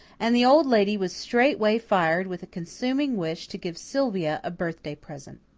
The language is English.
and the old lady was straightway fired with a consuming wish to give sylvia a birthday present.